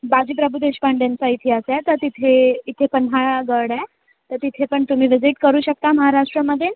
बाजीप्रभू देशपांडेंचा इतिहास आहे तर तिथे एक पन्हाळा गड आहे तर तिथेपण तुम्ही विजिट करू शकता महाराष्ट्रमध्ये